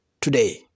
today